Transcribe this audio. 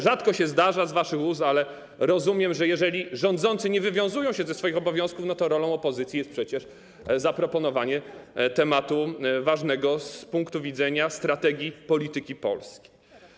Rzadko się zdarza z waszych ust, ale rozumiem, że jeżeli rządzący nie wywiązują się ze swoich obowiązków, to rolą opozycji jest przecież zaproponowanie tematu ważnego z punktu widzenia strategii polityki Polski.